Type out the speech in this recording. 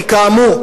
כי כאמור,